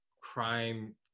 crime